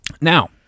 Now